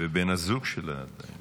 ובן הזוג שלה עדיין בשבי.